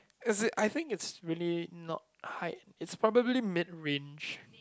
as in I think it's really not height it's probably mid range